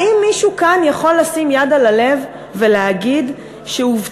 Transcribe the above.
האם מישהו כאן יכול לשים יד על הלב ולהגיד שהובטחה